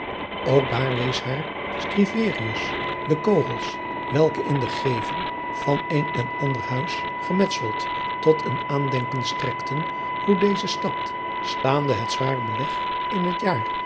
ook daar wees haar scriverius de kogels welke in den gevel van een en ander huis gemetseld tot een aandenken strekten hoe deze stad staande het zwaar beleg in het jaar